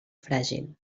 fràgil